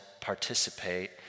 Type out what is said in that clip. participate